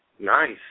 Nice